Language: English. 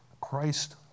Christ